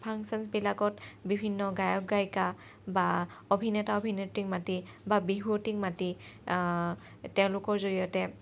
ফানশ্যনচবিলাকত বিভিন্ন গায়ক গায়িকা বা অভিনেতা অভিনেত্ৰীক মাতি বা বিহুৱতীক মাতি তেওঁলোকৰ জৰিয়তে